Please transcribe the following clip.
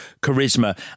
charisma